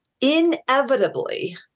inevitably